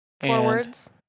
Forwards